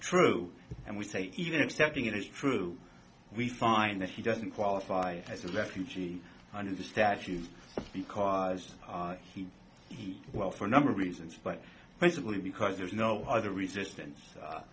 true and we say even accepting it as true we find that he doesn't qualify as a refugee under the statute because he he well for a number of reasons but basically because there's no other resistance